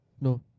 No